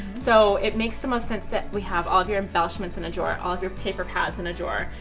so it makes the most sense that we have all of your embellishments in a drawer, all of your paper pads in a drawer,